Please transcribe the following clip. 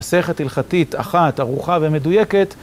מסכת הלכתית אחת, ערוכה ומדויקת.